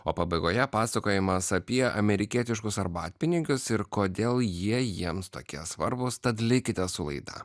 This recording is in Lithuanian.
o pabaigoje pasakojimas apie amerikietiškus arbatpinigius ir kodėl jie jiems tokie svarbūs tad likite su laida